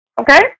Okay